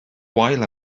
wael